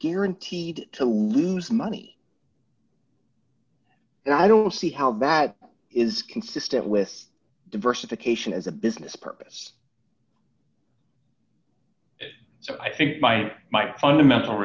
guaranteed to lose money and i don't see how that is consistent with diversification as a business purpose so i think my my fundamental